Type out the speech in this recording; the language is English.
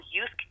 Youth